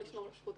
כפי